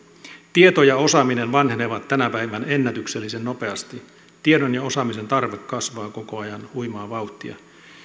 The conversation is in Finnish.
tieto ja osaaminen vanhenevat tänä päivänä ennätyksellisen nopeasti tiedon ja osaamisen tarve kasvaa koko ajan huimaa vauhtia